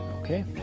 Okay